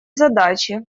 задачи